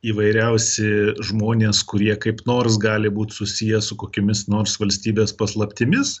įvairiausi žmonės kurie kaip nors gali būt susiję su kokiomis nors valstybės paslaptimis